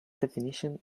definition